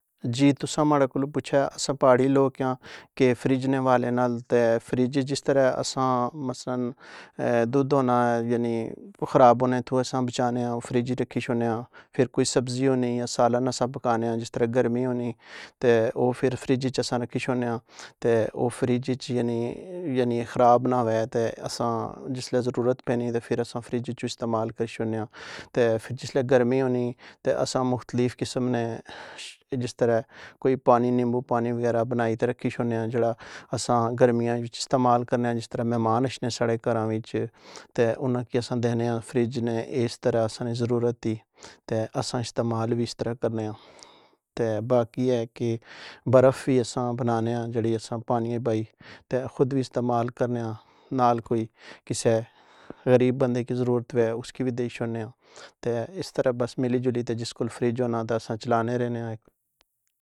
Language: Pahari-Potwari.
جی تُساں ماڑے کولوں پچھیے اساں پہاڑی لوکیاں کہ فریج نے حوالے نال تہ فریج ای جس طرح اساں مثلاً دودھ ہونا یعنی کوئی خراب ہونے تھو اساں بچانے آں او فریج اچ رکھی شوڑنے آں, فر کوئی سبزی ہونی یا سالن اساں پکانے آں جس طرح گرمی ہونی تہ او فر فریج اچ اساں رکھی شوڑنے آں تہ او فریج اچ یعنی خراب نا ہووے تہ اساں جسلے ضرورت پینی تہ فر اساں فریج اچو استعمال کری شوڑنے آں تہ فر جسلے گرمی ہونی جس طرح کوئی پانی نیمبو پانی وغیرہ بنائی تہ رکھی شوڑنے آں جیڑا اساں گرمیاں اچ استعمال کرنے آں جِس طرح مہمان اشنے ساڑے گھراں وچ تہ اُناں کی اساں دینے آں فریج نہ اِس طرح اساں نی ضرورت دی تہ اساں استعمال وی اِس طرح کرنے آں تہ باقی ہے کہ برف وی اساں بنانے آں جےڑی اساں پانی اچ بائ تہ خود وی استعمال کرنے آں نال کوئی کسے غریب بندے کی ضرورت وے اُسکی وی دیئی شوڑنے آں تہ اِس طرح بس مِلی جلی تہ جِس کول فریج ہونا تہ اساں چلانے رہنے آں۔